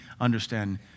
understand